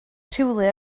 rhywle